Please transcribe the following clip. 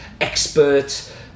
expert